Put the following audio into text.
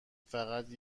فقط